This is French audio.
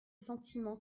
sentimens